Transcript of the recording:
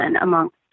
amongst